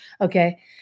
Okay